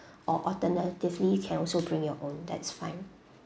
or alternatively you can also bring your own that's fine